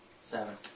Seven